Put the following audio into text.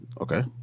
Okay